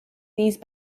these